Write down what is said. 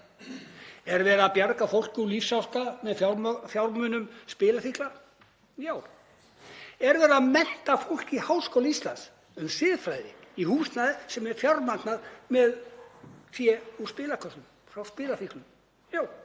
Er verið að bjarga fólki úr lífsháska með fjármunum spilafíkla? Já. Er verið að mennta fólk í Háskóla Íslands um siðfræði í húsnæði sem er fjármagnað með fé úr spilakössum frá spilafíklum? Já.